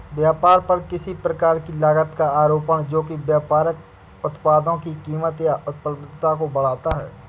व्यापार पर किसी प्रकार की लागत का आरोपण जो कि व्यापारिक उत्पादों की कीमत या उपलब्धता को बढ़ाता है